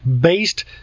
based